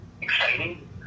exciting